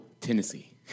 tennessee